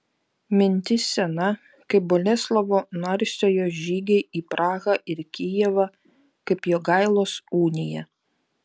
mintis sena kaip boleslovo narsiojo žygiai į prahą ir kijevą kaip jogailos unija